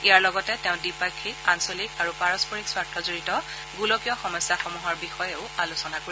ইয়াৰ লগতে তেওঁ দ্বিপাক্ষিক আঞ্চলিক আৰু পাৰস্পৰ স্বাৰ্থজড়িত গোলকীয় সমস্যাসমূহৰ বিষয়েও আলোচনা কৰিব